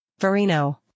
Verino